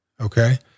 okay